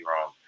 wrong